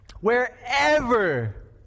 Wherever